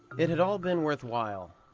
it had all been worthwhile.